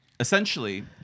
Essentially